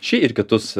šį ir kitus